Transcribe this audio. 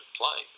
play